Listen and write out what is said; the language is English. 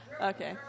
Okay